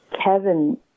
Kevin